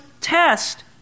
test